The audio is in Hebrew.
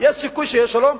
יש סיכוי שיהיה שלום.